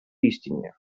истине